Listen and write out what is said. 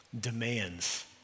demands